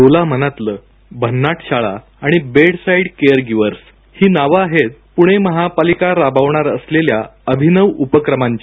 बोला मनातलं भन्नाट शाळा आणि बेडसाईड केअर गिव्हर्स ही नावं आहेत पुणे महानगरपालिका राबवणार असलेल्या अभिनव उपक्रमांची